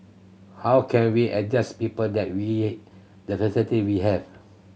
how can we a just people that with the visitor we have